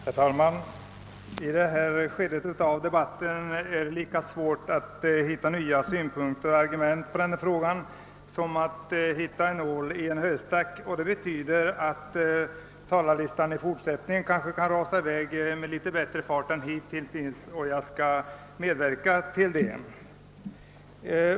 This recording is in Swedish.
Herr talman! I detta skede av debatten är det lika svårt att hitta nya synpunkter och argument i denna fråga som att hitta en nål i en höstack. Detta betyder att talarlistan i fortsättningen kanske kan »rasa i väg» med litet bättre fart än hittills, och jag skall försöka medverka till detta.